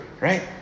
right